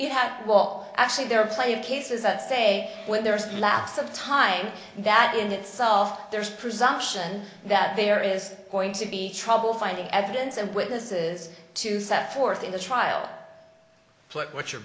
have wall actually there are plenty of cases that say when there is a lapse of time that in itself there's a presumption that there is going to be trouble finding evidence of witnesses to set forth in the trial put what's your